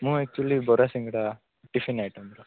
ମୁଁ actually bara singada tiffin ଆଇଟମ୍ର